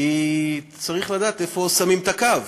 כי צריך לדעת איפה שמים את הקו.